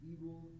Evil